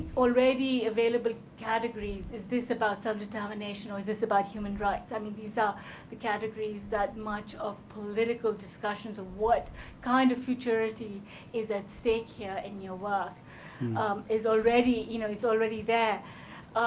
already available categories. is this about self-determination or is this about human rights? i mean, these are the categories that much of political discussions what kind of futurity is at stake here in your work is already you know is already there.